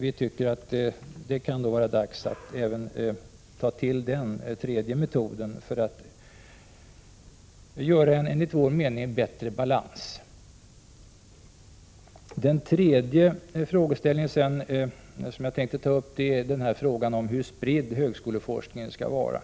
Vi tycker att det är dags att även ta till den metoden för att åstadkomma en enligt vår mening bättre balans. Den tredje frågeställningen som jag tänkte ta upp är hur spridd högskoleforskningen skall vara.